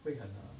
会很 err